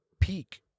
peak